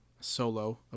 solo